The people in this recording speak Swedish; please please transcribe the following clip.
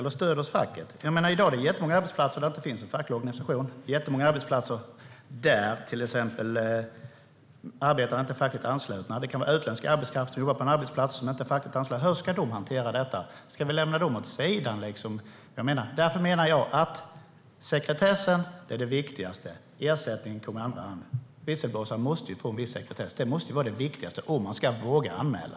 I dag finns det jättemånga arbetsplatser som saknar facklig organisation och där arbetarna inte är fackligt anslutna. Det kan gälla utländsk arbetskraft utan facklig anslutning. Hur ska de hantera detta? Ska vi lämna dem åt sidan? Jag menar att sekretessen är det viktigaste. Ersättningen kommer i andra hand. Visselblåsaren måste få en viss sekretess - det måste ju vara det viktigaste om man ska våga anmäla.